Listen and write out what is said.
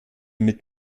mit